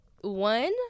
one